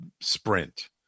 sprint